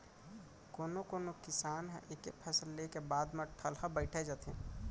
कोनो कोनो किसान ह एके फसल ले के बाद म ठलहा बइठ जाथे